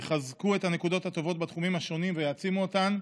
יחזקו את הנקודות הטובות בתחומים השונים ויעצימו אותן,